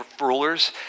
rulers